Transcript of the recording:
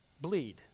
bleed